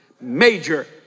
major